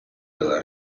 dalla